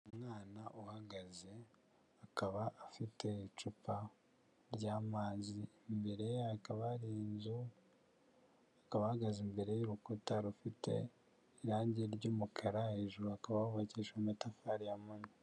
Umwana uhagaze akaba afite icupa ry'amazi, imbere ye hakaba hari inzu, akaba ahagaze imbere y'urukuta rufite irangi ry'umukara, hejuru hakaba hubakishijwe amatafari ya munyu.